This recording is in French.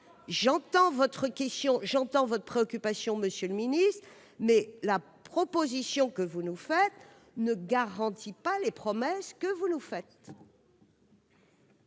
de faire une liste ? J'entends votre préoccupation, monsieur le ministre, mais la proposition que vous nous faites ne garantit pas les promesses que vous nous faites.